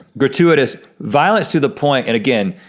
gratuitous, violence to the point, and again,